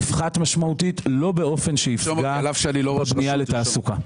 יפחת משמעותית ולא באופן שיפגע בבנייה לתעסוקה.